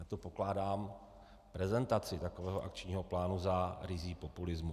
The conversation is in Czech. Já pokládám prezentaci takového akčního plánu za ryzí populismus.